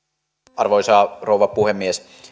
arvoisa rouva puhemies